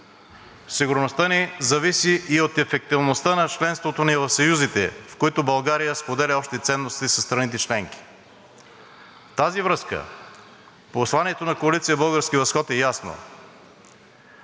Сигурността ни зависи и от ефективността на членството ни в съюзите, в които България споделя общи ценности със страните членки. В тази връзка посланието на Коалиция „Български възход“ е ясно